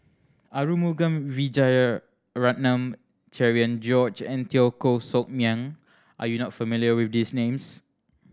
Arumugam Vijiaratnam Cherian George and Teo Koh Sock Miang are you not familiar with these names